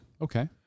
Okay